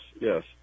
yes